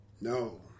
No